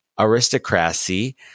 aristocracy